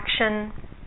action